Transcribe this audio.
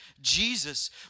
Jesus